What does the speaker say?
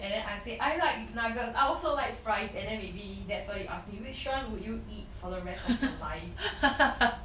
and then I said I like nuggets I also like fries and then maybe that's why you ask me which one would you eat for the rest of your life